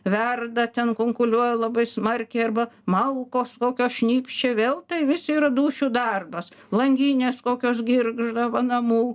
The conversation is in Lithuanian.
verda ten kunkuliuoja labai smarkiai arba malkos kokios šnypščia vėl tai visi yra dūšių darbas langinės kokios girgžda va namų